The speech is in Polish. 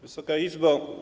Wysoka Izbo!